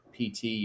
PT